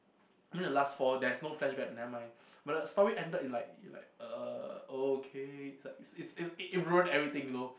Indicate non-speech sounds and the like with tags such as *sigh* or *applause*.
then the last four there's no flashback nevermind *noise* but the story ended it like it like uh okay it's a it's it ruin everything you know